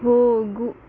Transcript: ಹೋಗು